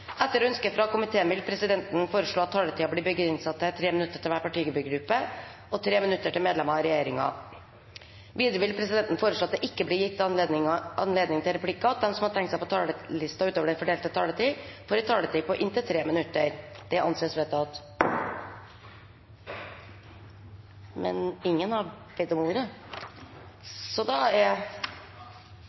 Etter ønske fra arbeids- og sosialkomiteen vil presidenten foreslå at taletiden blir begrenset til 3 minutter til hver partigruppe og 3 minutter til medlemmer av regjeringen. Videre vil presidenten foreslå at det ikke blir gitt anledning til replikker, og at de som måtte tegne seg på talerlisten utover den fordelte taletid, får en taletid på inntil 3 minutter. – Det anses vedtatt. Ingen har bedt om ordet